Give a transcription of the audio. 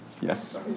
Yes